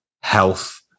health